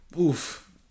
Oof